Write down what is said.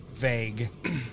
vague